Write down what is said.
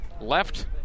left